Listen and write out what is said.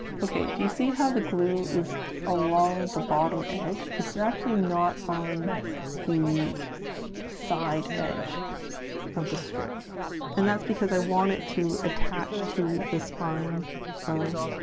okay do you see how the glue is along the bottom edge it's and actually not on the side edge of the strip and that's because i want it to attach to the spine of